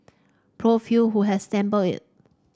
Prof Hew who has sampled it